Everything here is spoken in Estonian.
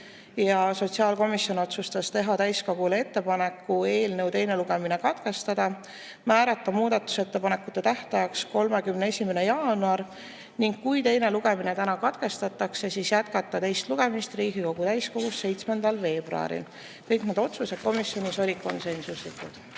sotsiaalkomisjon otsustas teha täiskogule ettepaneku eelnõu teine lugemine katkestada, määrata muudatusettepanekute tähtajaks 31. jaanuar ja kui teine lugemine täna katkestatakse, jätkata teist lugemist Riigikogu täiskogus 7. veebruaril. Kõik need otsused komisjonis olid konsensuslikud.